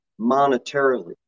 monetarily